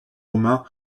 romains